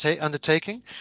undertaking